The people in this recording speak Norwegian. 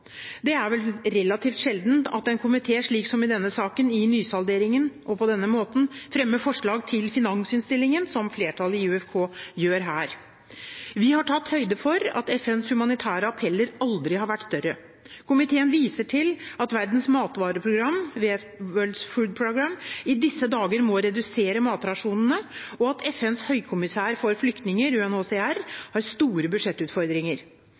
Det er vel relativt sjeldent at en komité slik som i denne saken i nysalderingen, og på denne måten, fremmer forslag til finansinnstillingen, som flertallet i utenriks- og forsvarskomiteen gjør her. Vi har tatt høyde for at FNs humanitære appeller aldri har vært større. Komiteen viser til at Verdens matvareprogram, World Food Programme, i disse dager må redusere matrasjonene, og at FNs høykommissær for flyktninger, UNHCR, har store budsjettutfordringer.